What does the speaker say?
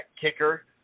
kicker